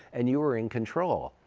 and you were in control.